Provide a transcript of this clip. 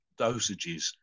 dosages